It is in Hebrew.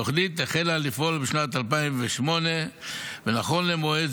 התוכנית החלה לפעול בשנת 2008 ונכון למועד